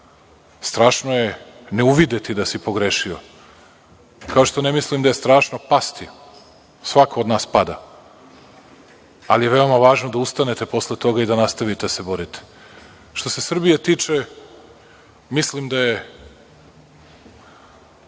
strašno je ne uvideti da si pogrešio. Kao što ne mislim da je strašno pasti, svako od nas pada, ali je veoma važno da ustanete posle toga i da nastavite da se borite. Što se Srbije tiče, mislim da je,